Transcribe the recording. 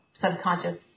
subconscious